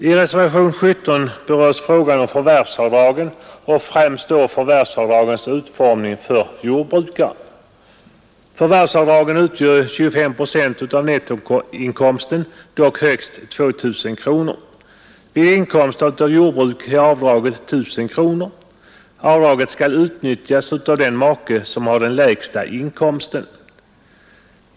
I reservationen 17 berörs frågan om förvärvsavdragen, främst då förvärvsavdragens utformning för jordbrukare. De avdragen utgör 25 procent av nettoinkomsten, dock högst 2 000 kronor. Vid inkomst av jordbruk är avdraget 1 000 kronor. Avdraget skall utnyttjas av den make som har den lägsta inkomsten.